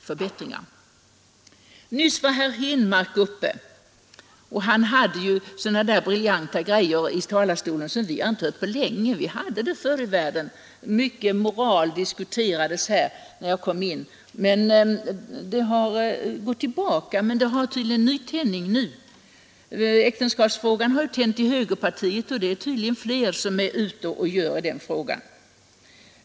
Herr Henmark höll ett anförande från denna plats alldeles nyss och hade då en del briljanta saker att komma med som vi inte har hört på länge. Förr i världen t.ex. när jag kom in i riksdagen, diskuterades ofta moralfrågorna, sedan försvann de. Men nu har det tydligen skett en nytändning. Äktenskapsfrågan har t.ex. nu tänt ibland moderaterna, och det är flera som är ute och verkar i samma fråga.